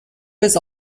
was